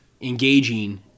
engaging